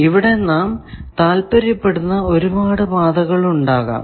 ഇവിടെ നാം താൽപര്യപ്പെടുന്ന ഒരുപാട് പാതകൾ ഉണ്ടാകാം